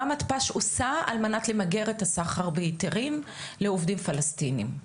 מה מתפ"ש עושה על מנת למגר את הסחר בהיתרים לעובדים פלסטינים.